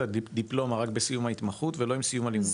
הדיפלומה רק בסיום ההתמחות ולא בסיום הלימודים.